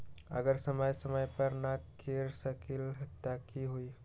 अगर समय समय पर न कर सकील त कि हुई?